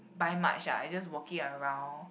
buy much ah just walking around